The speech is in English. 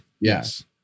Yes